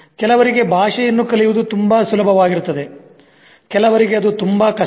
ಕೆಲವರಿಗೆ ಭಾಷೆಯನ್ನು ಕಲಿಯುವುದು ತುಂಬಾ ಸುಲಭವಾಗಿರುತ್ತದೆ ಕೆಲವರಿಗೆ ಅದು ತುಂಬಾ ಕಷ್ಟ